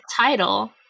title